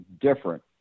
different